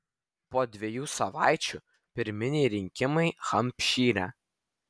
po dviejų savaičių pirminiai rinkimai hampšyre